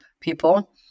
people